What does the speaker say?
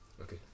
okay